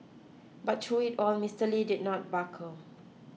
but through it all Mister Lee did not buckle